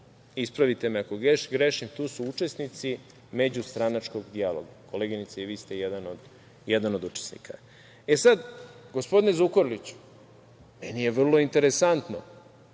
Ispravite me ako grešim, tu su učesnici međustranačkog dijaloga. Koleginice i vi ste jedan od učesnika. Gospodine Zukorliću, meni je vrlo interesantno